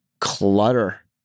clutter